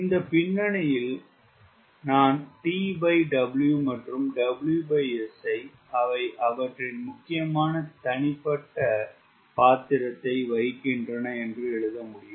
இந்த பின்னணியில் நான் TW மற்றும் WS ஐ அவை அவற்றின் முக்கியமான தனிப்பட்ட பாத்திரத்தை வகிக்கின்றன என்று எழுத முடியும்